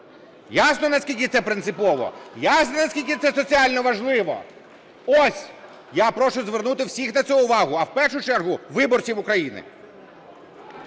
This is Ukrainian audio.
Ясно, наскільки це принципово? Ясно, наскільки це соціально важливо? Ось я прошу звернути всіх на це увагу, а в першу чергу виборців України.